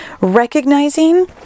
Recognizing